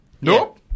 Nope